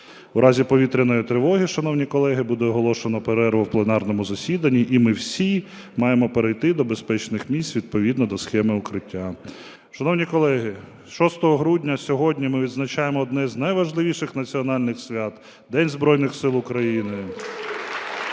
У разі повітряної тривоги, шановні колеги, буде оголошено перерву в пленарному засіданні і ми всі маємо перейти до безпечних місць відповідно до схеми укриття. Шановні колеги, 6 грудня, сьогодні ми відзначаємо одне з найважливіших національних свят – День Збройних Сил України.